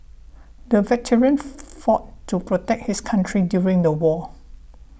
the veteran fought to protect his country during the war